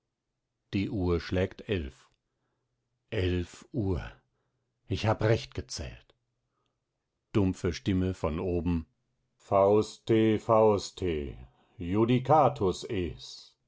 die uhr schlägt eilf eilf uhr ich hab recht gezählt dumpfe stimme von oben fauste fauste